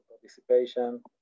participation